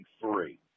three